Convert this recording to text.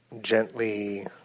gently